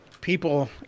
people